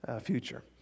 future